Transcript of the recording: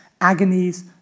agonies